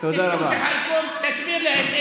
תסביר להם,